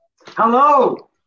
Hello